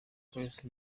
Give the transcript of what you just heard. kwezi